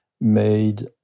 made